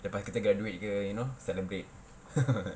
lepas kita graduate ke you know celebrate